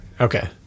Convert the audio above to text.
Okay